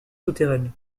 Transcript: souterraines